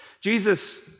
Jesus